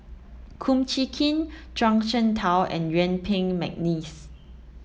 Kum Chee Kin Zhuang Shengtao and Yuen Peng McNeice